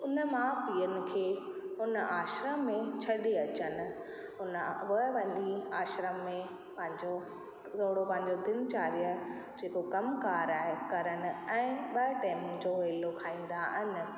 उन माउ पीअनि खे उन आश्रम में छॾे अचनि उन उहा वञी आश्रम में पंहिंजो ओड़ो पंहिंजो दिनचर्या जेको कमकार आहे करण ऐं ॿ टाइम जो वेलो खाईंदा आहिनि